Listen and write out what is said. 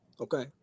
okay